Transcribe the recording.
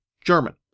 German